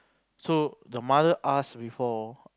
so the mother ask before